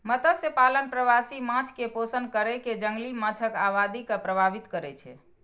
मत्स्यपालन प्रवासी माछ कें पोषण कैर कें जंगली माछक आबादी के प्रभावित करै छै